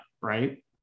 right